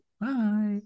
bye